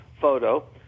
photo